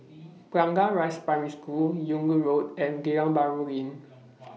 Blangah Rise Primary School Yung Loh Road and Geylang Bahru Lane